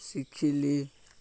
ଶିଖିଲି